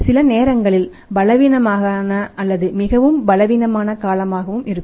சில நேரங்களில் பலவீனமான அல்லது மிகவும் பலவீனமான காலமாக இருக்கும்